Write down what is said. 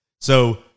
so-